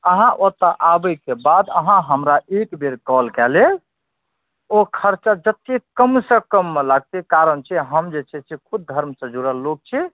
अहाँ ओतऽ आबैके बाद अहाँ हमरा एकबेर कॉल कए लेब ओ खर्चा जते कमसँ कम वाला करब कीयाकि हम जे छै से खुद धर्म से जुड़ल लोक छी